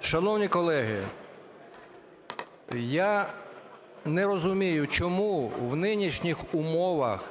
Шановні колеги, я не розумію, чому в нинішніх умовах,